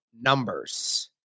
numbers